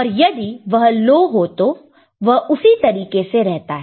और यदि वह लो हो तो तो वह उसी तरीके से रहता है